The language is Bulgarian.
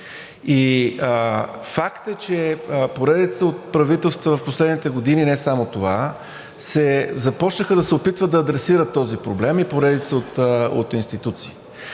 И факт е, че поредицата от правителства в последните години, не само това, започнаха да се опитват да адресират този проблем, и поредицата от институции.